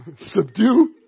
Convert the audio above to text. subdue